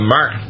Mark